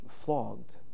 Flogged